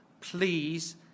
please